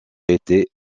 été